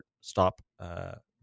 stop